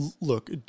look